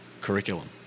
curriculum